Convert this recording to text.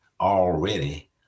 already